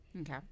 Okay